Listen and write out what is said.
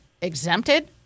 exempted